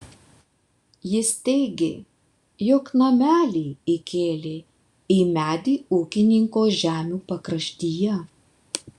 jis teigė jog namelį įkėlė į medį ūkininko žemių pakraštyje